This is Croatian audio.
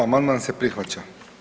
Amandman se prihvaća.